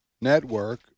Network